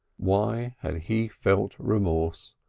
why had he felt remorse?